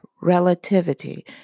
relativity